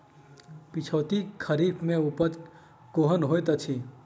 पिछैती खरीफ मे उपज केहन होइत अछि?